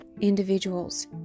individuals